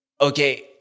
okay